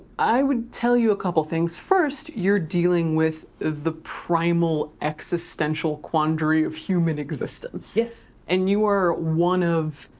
i would tell you a couple things. first, you're dealing with the primal existential quandary of human existence. yes. and you are one of,